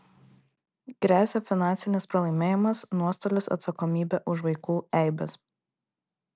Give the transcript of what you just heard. gresia finansinis pralaimėjimas nuostolis atsakomybė už vaikų eibes